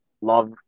love